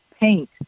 paint